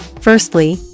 Firstly